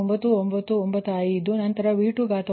9995 ನಂತರ ನಾವು V21ಅನ್ನು0